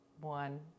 one